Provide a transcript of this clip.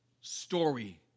story